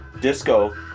Disco